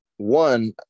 One